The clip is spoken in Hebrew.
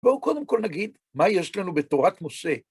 בואו קודם כל נגיד מה יש לנו בתורת משה.